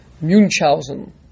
munchausen